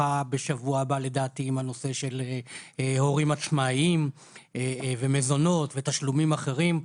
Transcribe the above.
בשבוע הבא לדעתי עם הנושא של הורים עצמאיים ומזונות ותשלומים אחרים.